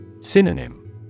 Synonym